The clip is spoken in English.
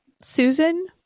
Susan